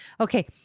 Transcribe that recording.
Okay